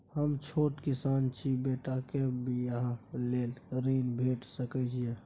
हम छोट किसान छी, बेटी के बियाह लेल ऋण भेट सकै ये?